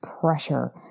pressure